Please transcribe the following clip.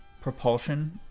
propulsion